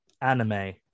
anime